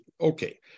Okay